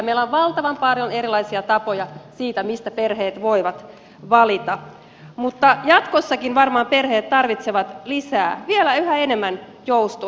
meillä on valtavan paljon erilaisia tapoja siitä mistä perheet voivat valita mutta jatkossakin varmaan perheet tarvitsevat lisää vielä yhä enemmän joustoa